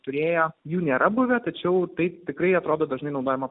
turėję jų nėra buvę tačiau taip tikrai atrodo dažnai naudojama